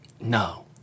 No